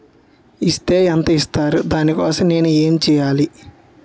Is తే ఎంత ఇస్తారు దాని కోసం నేను ఎంచ్యేయాలి?